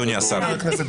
אדוני השר.